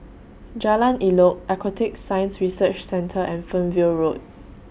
Jalan Elok Aquatic Science Research Centre and Fernvale Road